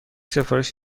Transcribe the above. سفارش